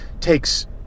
takes